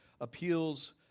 appeals